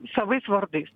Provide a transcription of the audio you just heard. savais vardais